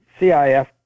CIF